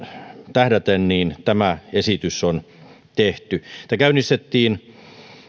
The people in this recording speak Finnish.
tähdäten tämä esitys on tehty tämä käynnistettiin